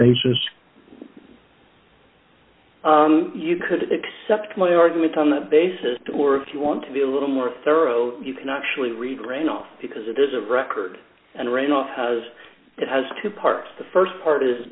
basis you could accept my argument on that basis or if you want to be a little more thorough you can actually read rain off because it is a record and ran off as it has two parts the st part is